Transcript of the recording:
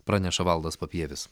praneša valdas papievis